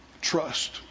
trust